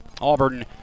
Auburn